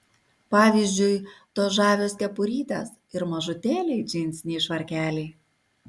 pavyzdžiui tos žavios kepurytės ir mažutėliai džinsiniai švarkeliai